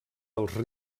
dels